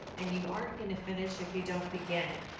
and you aren't gonna finish if you don't begin.